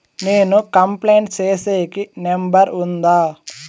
నేను కంప్లైంట్ సేసేకి నెంబర్ ఉందా?